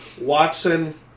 Watson